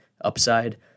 upside